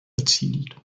erzielt